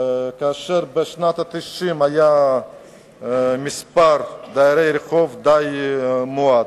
ובשנות ה-90 היה מספר דיירי הרחוב די מועט.